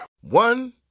One